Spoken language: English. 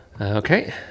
Okay